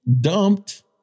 Dumped